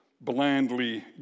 blandly